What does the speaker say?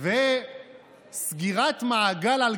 הוא לא עזב